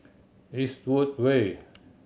Eastwood Way